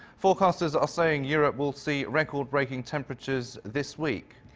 forecasters are saying europe will see record-breaking temperatures this week?